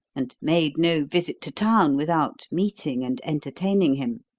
and made no visit to town without meeting and entertaining him.